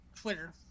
Twitter